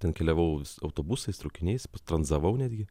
ten keliavau autobusais traukiniais tranzavau netgi